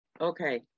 Okay